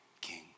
king